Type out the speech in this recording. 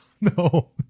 no